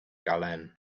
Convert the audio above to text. galen